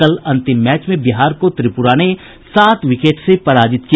कल अंतिम मैच में बिहार को त्रिपुरा ने सात विकेट से पराजित किया